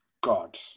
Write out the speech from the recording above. God